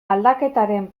aldaketaren